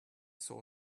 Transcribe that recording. saw